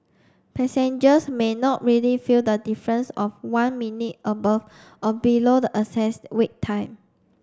passengers may not really feel the difference of one minute above or below the excess Wait Time